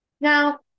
Now